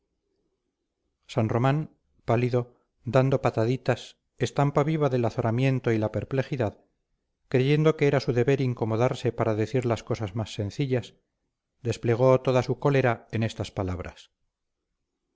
san román pálido dando pataditas estampa viva del azoramiento y la perplejidad creyendo que era su deber incomodarse para decir las cosas más sencillas desplegó toda su cólera en estas palabras